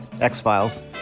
X-Files